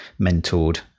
mentored